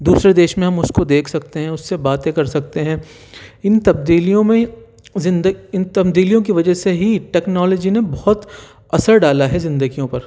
دوسرے دیش میں ہم اس کو دیکھ سکتے ہیں اس سے باتیں کر سکتے ہیں ان تبدیلیوں میں زندہ ان تبدیلیوں کی وجہ سے ہی ٹیکنالوجی نے بہت اثر ڈالا ہے زندگیوں پر